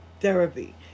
therapy